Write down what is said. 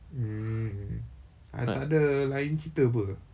mm ah takde lain cerita [pe]